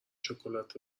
شکلات